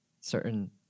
certain